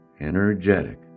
energetic